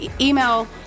email